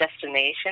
destination